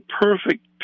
perfect